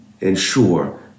ensure